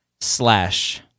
slash